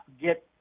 get